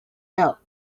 out